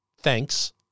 thanks